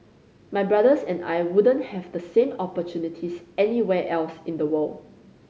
my brothers and I wouldn't have the same opportunities anywhere else in the world